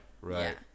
right